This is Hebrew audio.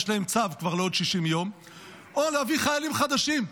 יש להם צו כבר לעוד 60 יום או להביא חיילים חדשים,